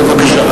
בבקשה.